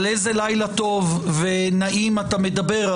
על איזה לילה טוב ונעים אתה מדבר?